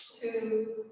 Two